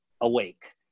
awake